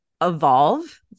evolve